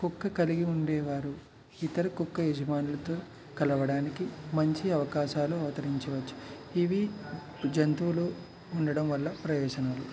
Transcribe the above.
కుక్క కలిగి ఉండేవారు ఇతర కుక్క యజమానులతో కలవడానికి మంచి అవకాశాలు అవతరించి వచ్చు ఇవి జంతువులు ఉండటం వల్ల ప్రయోజనాలు